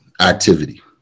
activity